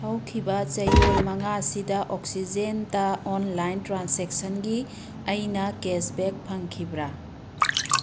ꯍꯧꯈꯤꯕ ꯆꯌꯣꯜ ꯃꯉꯥꯁꯤꯗ ꯑꯣꯛꯁꯤꯖꯦꯟꯇ ꯑꯣꯟꯂꯥꯏꯟ ꯇ꯭ꯔꯥꯟꯁꯦꯛꯁꯟꯒꯤ ꯑꯩꯅ ꯀꯦꯁ ꯕꯦꯛ ꯐꯪꯈꯤꯕ꯭ꯔꯥ